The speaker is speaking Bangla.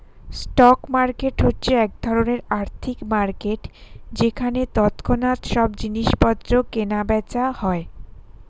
স্টক মার্কেট হচ্ছে এক ধরণের আর্থিক মার্কেট যেখানে তৎক্ষণাৎ সব জিনিসপত্র কেনা বেচা হয়